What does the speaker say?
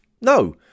No